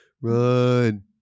run